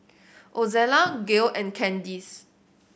Ozella Gail and Candis